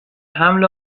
حمل